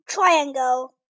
Triangle